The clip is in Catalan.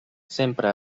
sempre